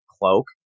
Cloak